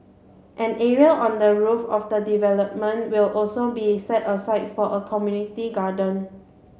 an area on the roof of the development will also be set aside for a community garden